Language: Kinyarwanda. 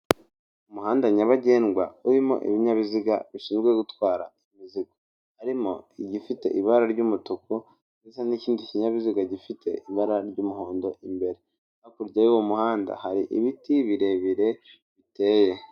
Umuhanda nyabagendwa, urimo ibinyabiziga bishinzwe gutwara imizigo, harimo igifite ibara ry'umutuku ndetse n'ikindi kinyabiziga, gifite ibara ry'umuhondo imbere, hakurya y'uwo muhanda, hari ibiti birebire biteye.